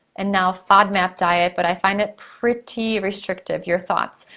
and now fodmap diet, but i find it pretty restrictive, your thoughts.